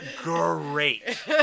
great